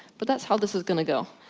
but that's how this is gonna go.